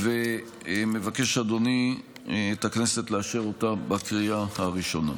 ומבקש, אדוני, את הכנסת לאשר אותה בקריאה הראשונה.